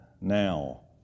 now